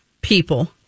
people